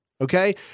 Okay